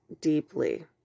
deeply